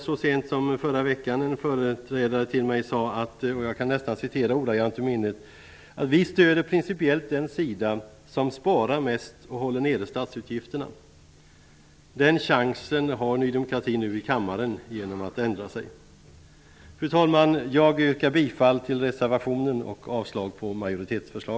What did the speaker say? Så sent som förra veckan sade en företrädare för Ny demokrati till mig att man principiellt stöder den sida som sparar mest och håller statsutgifterna nere. Ny demokrati har nu chansen att göra det genom att ändra sig här i kammaren. Fru talman! Jag yrkar bifall till reservationen och avslag på majoritetsförslaget.